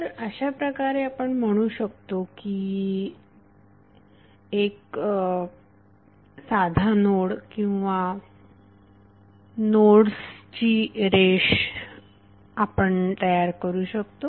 तर अशाप्रकारे आपण म्हणू शकतो की एक साधा नोड किंवा नोड्स ची रेष आपण तयार करू शकतो